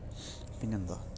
പിന്നെയെന്താ